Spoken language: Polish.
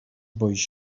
boisz